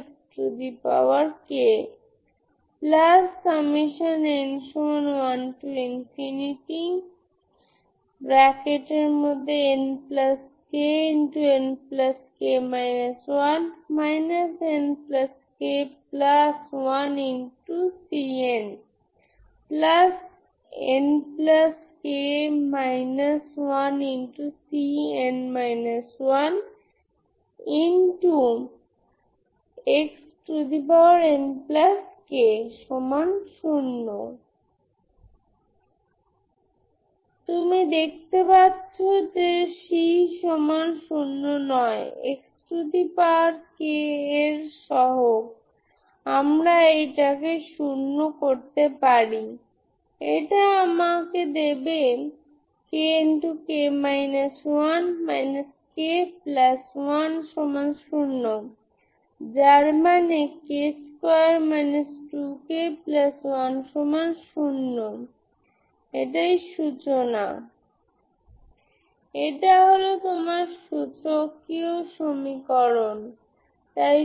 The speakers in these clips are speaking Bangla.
সুতরাং আপনি বাউন্ডারি কন্ডিশন প্রয়োগ করেনyay তখন আপনি পাবেন c1eμac2e μac1eμbc2e μb সুতরাং আপনি যা ইকুয়েশন পান তা হলc1eμa eμbc2e μa e μb0 সুতরাং এটি ইকুয়েশন নম্বর 1 যদি আপনি অন্য বাউন্ডারি কন্ডিশন প্রয়োগ করেন অন্যান্য পিরিওডিক বাউন্ডারি কন্ডিশন yayb আপনি যা পান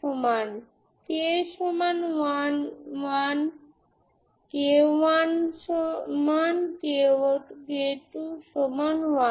তা হলc1eμa c2e μa যদি আপনি পার্থক্য করেন এবং x a রাখেন যা একই c1eμb c2e μb সুতরাং μ μ আপনি বাতিল করতে পারেন কারণ μ হল পসিটিভ তাই ননজিরো এবং আপনি c1eμa eμbc2e μa e μb পান এবং এটি যখন আপনি এই দিকে নিয়ে আসেন এটি প্লাস হয়ে যায় এবং শেষ পর্যন্ত আপনার c1eμa eμb c2e μa e μb0 সুতরাং এটি ইকুয়েশন সংখ্যা 2